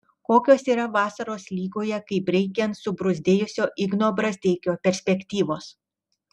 kokios yra vasaros lygoje kaip reikiant subruzdėjusio igno brazdeikio perspektyvos